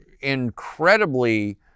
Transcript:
incredibly